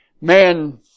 Man